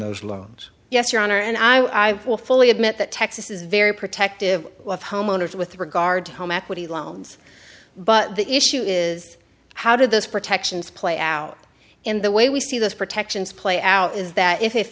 those loans yes your honor and i will fully admit that texas is very protective of homeowners with regard to home equity loans but the issue is how do those protections play out in the way we see those protections play out is that if